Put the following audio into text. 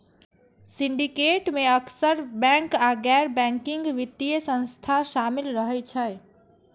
syndicate मे अक्सर bank आ गैर बैंकिंग वित्तीय संस्था शामिल रहै छै